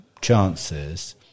chances